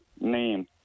Name